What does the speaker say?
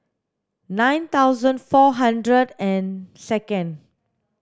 nine thousand four hundred and second